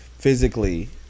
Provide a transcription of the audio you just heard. physically